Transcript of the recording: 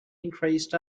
increased